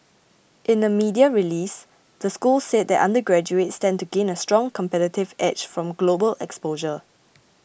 in a media release the school said that undergraduates stand to gain a strong competitive edge from global exposure